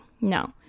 No